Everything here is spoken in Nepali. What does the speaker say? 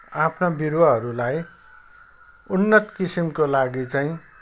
आफ्ना बिरुवाहरूलाई उन्नत किसिमको लागि चाहिँ